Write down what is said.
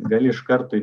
gali iš kartui